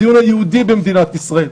הדיון היהודי במדינת ישראל.